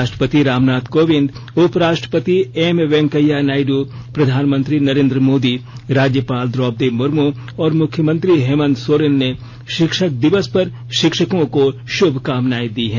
राष्ट्रपति रामनाथ कोविंद उप राष्ट्रपति एम यैंकेय्या नायडू प्रधानमंत्री नरेंद्र मोदी राज्यपाल द्रौपदी मुर्मू और मुख्यमंत्री हेमन्त सोरेन ने शिक्षक दिवस पर शिक्षकों को शुभकामनाए दी हैं